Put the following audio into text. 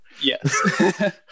Yes